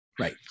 right